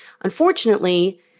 unfortunately